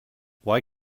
why